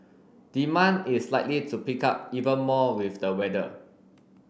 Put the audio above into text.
demand is likely to pick up even more with the weather